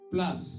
Plus